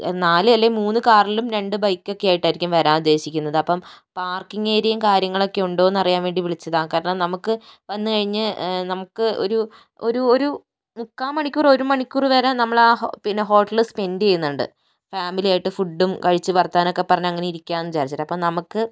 നാല് അല്ലേൽ മൂന്ന് കാറിലും രണ്ട് ബൈക്ക് ഒക്കെയായിട്ടായിരിക്കും വരാൻ ഉദ്ദേശിക്കുന്നത് അപ്പം പാർക്കിങ്ങ് ഏരിയയും കാര്യങ്ങളൊക്കെ ഉണ്ടോന്നറിയാൻ വേണ്ടി വിളിച്ചതാണ് കാരണം നമുക്ക് വന്ന് കഴിഞ്ഞ് നമുക്ക് ഒരു ഒരു ഒരു മുക്കാമണിക്കൂറ് ഒരു മണിക്കൂറ് വരെ നമ്മള് ആ ഹോ പിന്നെ ഹോട്ടലില് സ്പെന്റ് ചെയ്യുന്നുണ്ട് ഫാമിലി ആയിട്ട് ഫുഡും കഴിച്ച് വാർത്താനമൊക്കെ പറഞ്ഞ് അങ്ങനെ ഇരിക്കാന്ന് വിചാരിച്ചു അപ്പോൾ നമുക്ക്